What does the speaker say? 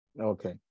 Okay